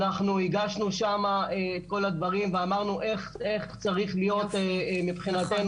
אנחנו הגשנו שמה כל הדברים ואמרנו איך צריך להיות מבחינתנו